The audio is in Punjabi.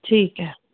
ਠੀਕ ਹੈ